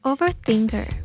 Overthinker